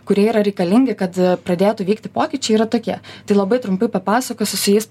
kurie yra reikalingi kad pradėtų vykti pokyčiai yra tokie tai labai trumpai papasakosiu su jais